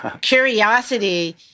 curiosity